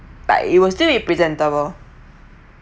but it will still be presentable